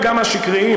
וגם השקריים,